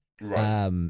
Right